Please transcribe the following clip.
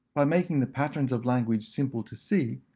by making the patterns of language simple to see,